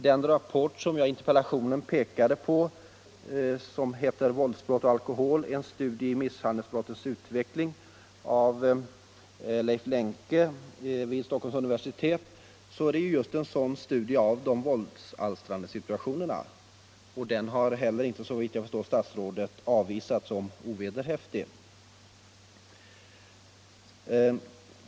Den rapport som jag i interpellationen pekade på och som heter Våldsbrott och alkohol — en studie i misshandelsbrottslighetens utveckling av Leif Lenke vid Stockholms universitet — är just en sådan studie av de våldsalstrande situationerna, och den har heller inte, såvitt jag förstår, statsrådet avvisat som ovederhäftig.